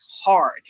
hard